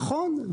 נכון.